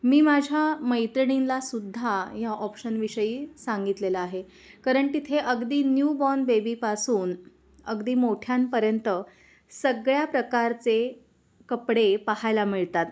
मी माझ्या मैत्रिणींलासुद्धा या ऑप्शनविषयी सांगितलेला आहे कारण तिथे अगदी न्यू बॉर्न बेबीपासून अगदी मोठ्यांपर्यंत सगळ्या प्रकारचे कपडे पाहायला मिळतात